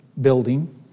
building